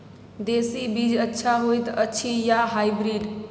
देसी बीज अच्छा होयत अछि या हाइब्रिड?